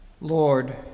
Lord